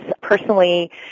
Personally